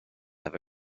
have